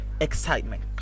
excitement